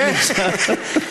נכשלת.